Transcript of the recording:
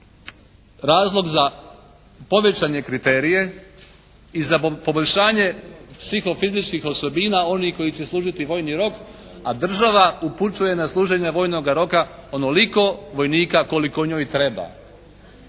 razlog za povećane kriterije i za poboljšanje psihofizičkih osobina onih koji će služiti vojni rok, a država upućuje na služenje vojnoga roka onoliko vojnika koliko njoj treba.